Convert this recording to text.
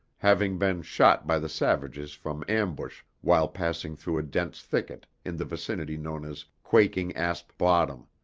having been shot by the savages from ambush while passing through a dense thicket in the vicinity known as quaking asp bottom.